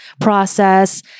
process